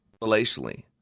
relationally